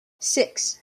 six